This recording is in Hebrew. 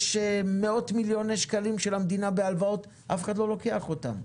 יש מאות מיליוני שקלים של המדינה בהלוואות אף אחד לא לוקח אותם.